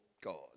God